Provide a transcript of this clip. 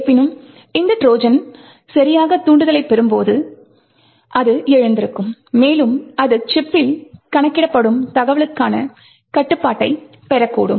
இருப்பினும் இந்த ட்ரோஜன் சரியான தூண்டுதலைப் பெறும்போது அது எழுந்திருக்கும் மேலும் அது சிப் பில் கணக்கிடப்படும் தகவல்களுக்கான கட்டுப்பாட்டை பெறக்கூடும்